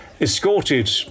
escorted